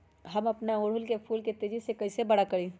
हम अपना ओरहूल फूल के तेजी से कई से बड़ा करी?